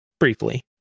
briefly